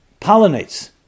pollinates